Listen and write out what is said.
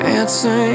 answer